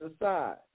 aside